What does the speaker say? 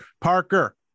Parker